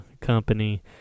company